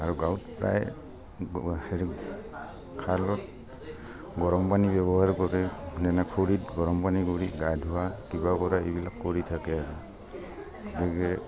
আৰু গাঁৱত প্ৰায় গৰম পানী ব্যৱহাৰ কৰে যেনে খৰিত গৰম পানী কৰি গা ধোৱা কিবা কৰা এইবিলাক কৰি থাকে আৰু গতিকে